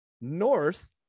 north